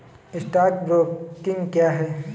Stock broking क्या है?